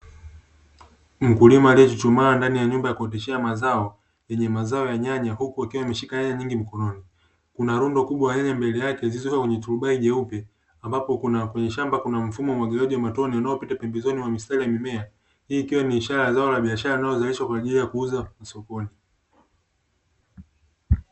Mkulima aliyechuchumaa ndani ya nyumba ya kuoteshea mazao yenye mazao ya nyanya huku akiwa ameshika nyanya nyingi mkononi. Kuna rundo kubwa la nyanya mbele yake zilizowekwa kwenye turubai jeupe, ambapo kwenye shamba kuna mfumo wa umwagiliaji wa matone, unaopita pembezoni mwa mimea. Hii ikiwa ni ishara ya zao la biashara linalozalishwa kwa ajili ya kuuzwa sokoni.